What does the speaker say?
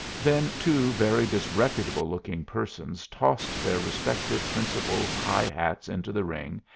then two very disreputable-looking persons tossed their respective principals' high hats into the ring,